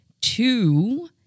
two